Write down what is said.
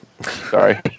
sorry